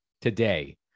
today